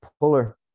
Puller